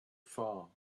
far